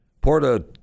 Porta